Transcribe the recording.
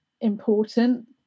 important